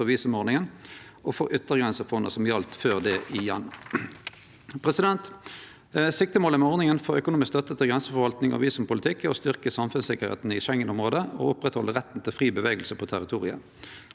og visumordninga og for yttergrensefondet som gjaldt før det igjen. Siktemålet med ordninga for økonomisk støtte til grenseforvaltning og visumpolitikk er å styrkje samfunnssikkerheita i Schengen-området og halde oppe retten til fri ferdsle på territoriet.